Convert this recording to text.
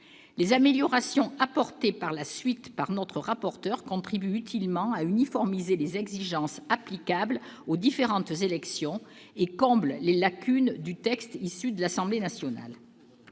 Les améliorations apportées par la suite par notre rapporteur contribuent utilement à uniformiser les exigences applicables aux différentes élections et comblent les lacunes du texte issu de l'Assemblée nationale.